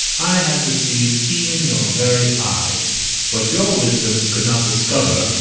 i have deceived even your very eyes what your wisdoms could not discover,